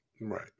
Right